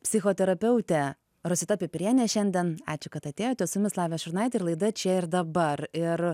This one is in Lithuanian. psichoterapeutė rosita pipirienė šiandien ačiū kad atėjote su jumis lavija šurnaitė ir laida čia ir dabar ir